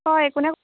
হয় কোন